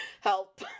Help